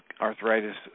arthritis